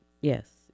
Yes